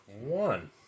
one